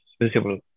visible